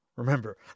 Remember